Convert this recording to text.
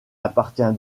appartient